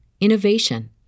innovation